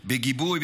בגיבוי,